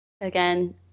Again